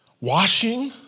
Washing